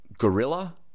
gorilla